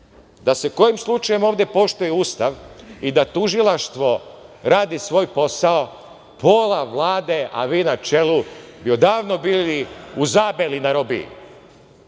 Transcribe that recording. da se kojim slučajem ovde poštuje Ustav i da Tužilaštvo radi svoj posao, pola Vlade, a vi na čelu, bi odavno bili u Zabeli na robiji.